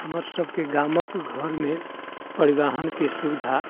हमर सभके गामक घरमे परिवहनके सुविधा